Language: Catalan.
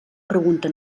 pregunta